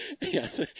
Yes